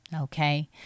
Okay